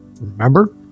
remember